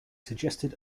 suggested